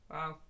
Wow